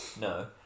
No